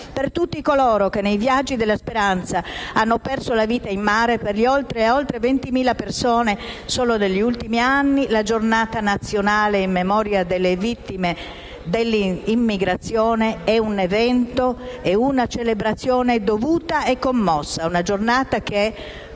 Per tutti coloro che nei viaggi della speranza hanno perso la vita in mare (20.000 persone solo negli ultimi anni), la Giornata nazionale in memoria delle vittime dell'immigrazione è un evento e una celebrazione dovuta e commossa. È una giornata che,